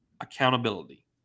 accountability